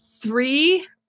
three